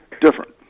different